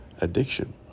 addiction